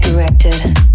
Directed